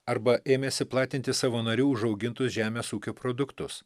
arba ėmėsi platinti savo narių užaugintus žemės ūkio produktus